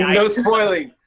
no spoiling.